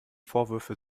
vorwürfe